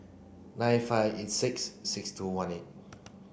nine five eight six six two one eight